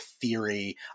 theory